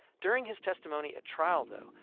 during his testimony at trial, though,